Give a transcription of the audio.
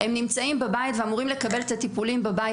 הם נמצאים בבית ואמורים לקבל את הטיפולים בבית,